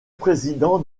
président